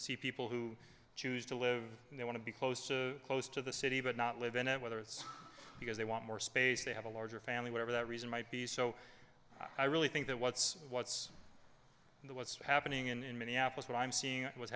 see people who choose to live and they want to be close to close to the city but not live in it whether it's because they want more space they have a larger family whatever that reason might be so i really think that what's what's the what's happening in minneapolis what i'm seeing what's